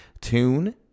tune